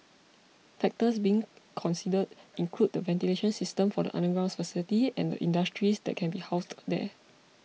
factors being considered include the ventilation system for the underground facility and the industries that can be housed there